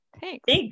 Thanks